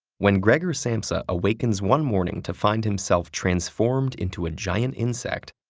when gregor samsa awaken's one morning to find himself transformed into a giant insect,